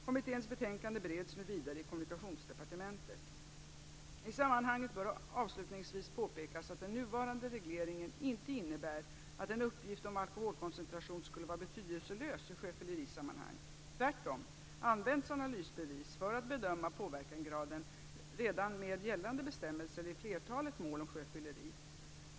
Kommitténs betänkande bereds nu vidare i I sammanhanget bör avslutningsvis påpekas att den nuvarande regleringen inte innebär att en uppgift om alkoholkoncentrationen skulle vara betydelselös i sjöfyllerisammanhang. Tvärtom används analysbevis för att bedöma påverkansgraden redan med gällande bestämmelser i flertalet mål om sjöfylleri.